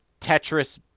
Tetris